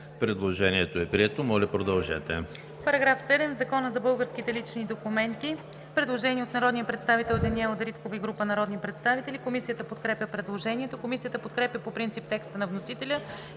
Предложението е прието. Моля, продължете.